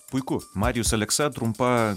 puiku marijus aleksa trumpa